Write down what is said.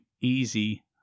easy